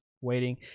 waiting